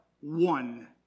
One